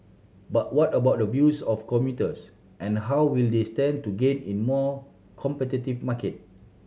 but what about the views of commuters and how will they stand to gain in more competitive market